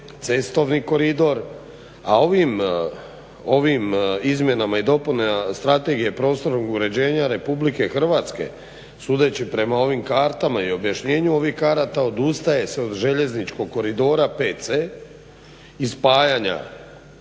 cestovni koridor. A ovim Izmjenama i dopunama Strategije prostornog uređenja Republike Hrvatske sudeći prema ovim kartama i objašnjenju ovih karata odustaje se od željezničkog koridora i spajanja